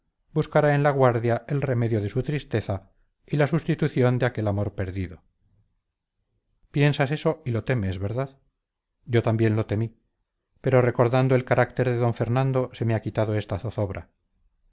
buscará en la guardia el remedio de su tristeza y la sustitución de aquel amor perdido piensas eso y lo temes verdad yo también lo temí pero recordando el carácter de d fernando se me ha quitado esta zozobra